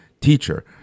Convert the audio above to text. teacher